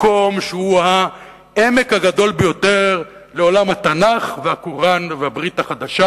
מקום שהוא העמק הגדול ביותר לעולם התנ"ך והקוראן והברית החדשה,